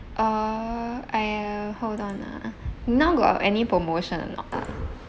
uh I hold on ah now got any promotion or not ah